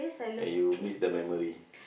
and you'll miss the memory